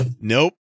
Nope